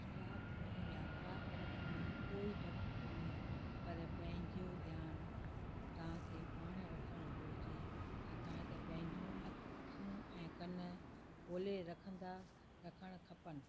गुजरात में यात्रा करण में कोई डपु कोन्हे पर पंहिंजो ध्यानु तव्हांखे पाण रखणु घुरिजे छाकाणि त पंहिंजियूं अखियूं ऐं कन खोले रखंदा रखणु खपनि